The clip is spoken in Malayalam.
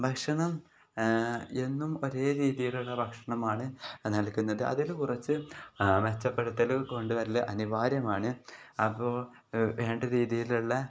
ഭക്ഷണം എന്നും ഒരേ രീതിയിലുള്ള ഭക്ഷണമാണ് നൽകുന്നത് അതിൽ കുറച്ച് മെച്ചപ്പെടുത്തൽ കൊണ്ടു വരൽ അനിവാര്യമാണ് അപ്പോൾ വേണ്ട രീതിയിലുള്ള